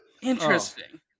Interesting